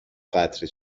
قطره